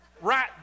right